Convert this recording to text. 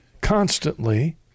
constantly